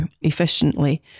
efficiently